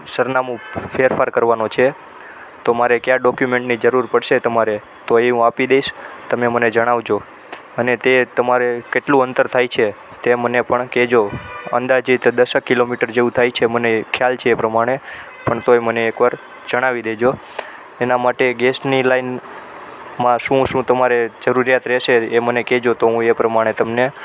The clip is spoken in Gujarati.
સરનામું ફેરફાર કરવાનું છે તો મારે કયા ડોકયુમેંટની જરૂર પડશે તમારે તો એ હું આપી દઈશ તમે મને જણાવજો અને તે તમારે કેટલું અંતર થાય છે તે મને પણ કહેજો અંદાજે તો દસેક કિલોમીટર જેવું થાય છે મને ખ્યાલ છે એ પ્રમાણે પણ તોય મને એકવાર જણાવી દેજો એના માટે ગેસની લાઈનમાં શું શું તમારે જરૂરિયાત રહેશે એ મને કહેજો તો હું એ પ્રમાણે તમને